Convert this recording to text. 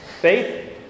faith